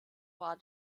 war